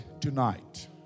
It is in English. tonight